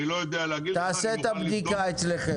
אני לא יודע להגיד לך --- תעשה את הבדיקה אצלכם,